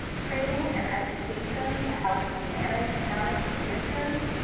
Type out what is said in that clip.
training and education to help you manage chronic conditions,